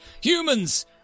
Humans